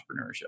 entrepreneurship